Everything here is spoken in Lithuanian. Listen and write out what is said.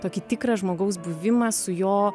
tokį tikrą žmogaus buvimą su jo